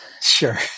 Sure